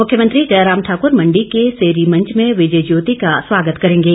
मुख्यमंत्री जयराम ठाकुर मंडी के सेरीमंच में विजय ज्योति का स्वागत करेंगे